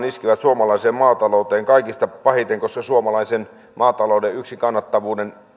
nimenomaan iskivät suomalaiseen maatalouteen kaikista pahiten koska suomalaisen maatalouden yksi kannattavuuden